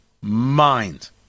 mind